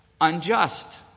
Unjust